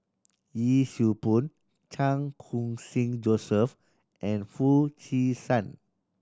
Yee Siew Pun Chan Khun Sing Joseph and Foo Chee San